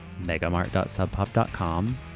megamart.subpop.com